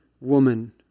woman